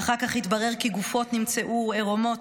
"אחר כך התברר כי גופות נמצאו עירומות,